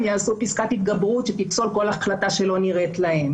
הם ייצרו פסקת התגברות שתפסול כל החלטה שלא נראית להם